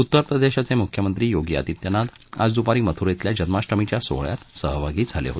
उत्तर प्रदेशाचे मुख्यमंत्री योगी आदित्यनाथ आज दुपारी मथुरेतल्या जन्माष्टमीच्या सोहळ्यात सहभागी होणार आहेत